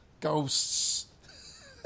ghosts